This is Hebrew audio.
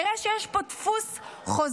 תראה שיש פה דפוס חוזר,